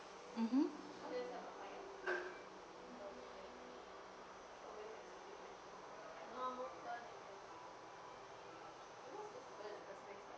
mmhmm